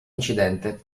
incidente